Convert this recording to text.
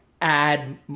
add